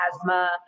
asthma